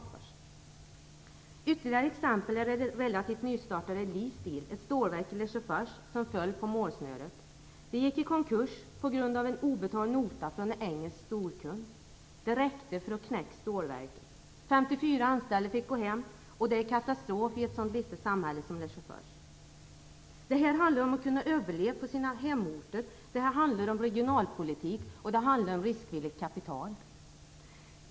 Ett ytterligare exempel är det relativt nystartade Lesteel, ett stålverk i Lesjöfors, som föll på målsnöret. Det gick i konkurs på grund av en obetald nota från en engelsk storkund, och det räckte för att knäcka stålverket. 54 anställda fick gå hem, och det är katastrof för ett sådant litet samhälle som Lesjöfors. Det här handlar om att kunna överleva på sina hemorter. Det handlar om regionalpolitik och om riskvilligt kapital.